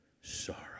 sorrow